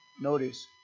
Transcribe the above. Notice